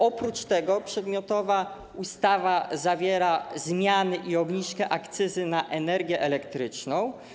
Oprócz tego przedmiotowa ustawa zawiera zmiany i obniżkę akcyzy na energię elektryczną.